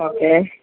okay